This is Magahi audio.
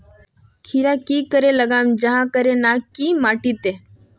खीरा की करे लगाम जाहाँ करे ना की माटी त?